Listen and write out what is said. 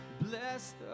Bless